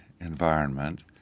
environment